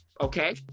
okay